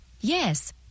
Yes